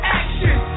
action